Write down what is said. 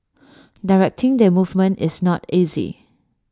directing their movement is not easy